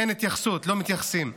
אין התייחסות, לא מתייחסים.